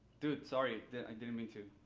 dude, sorry. i didn't mean to.